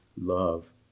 love